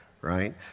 right